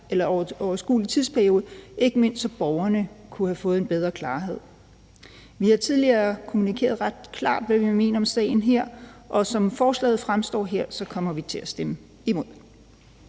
om en overskuelig tidsperiode, ikke mindst så borgerne kunne have fået en bedre klarhed. Vi har tidligere kommunikeret ret klart, hvad vi mener om sagen her, og som forslaget fremstår her, kommer vi til at stemme imod.